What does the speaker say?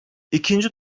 i̇kinci